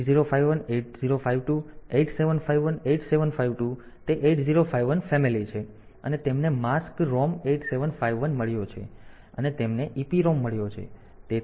8051 8052 8751 8752 તે 8051 ફેમીલી છે અને તેમને માસ્ક ROM 8751 મળ્યો છે અને તેમને EPROM મળ્યો છે